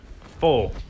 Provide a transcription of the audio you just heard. four